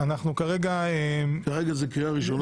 כרגע זו קריאה ראשונה.